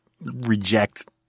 reject